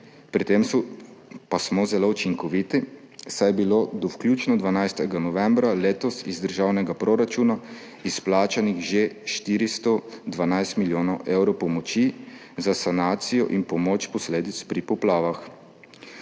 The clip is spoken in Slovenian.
Pri tem pa smo zelo učinkoviti, saj je bilo do vključno 12. novembra letos iz državnega proračuna izplačanih že 412 milijonov evrov pomoči za pomoč in sanacijo posledic pri poplavah.